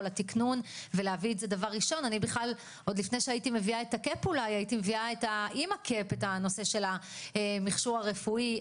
התקנון ולהביא את זה דבר ראשון הייתי מביאה את הנושא של המכשור הרפואי,